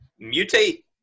Mutate